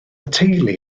teulu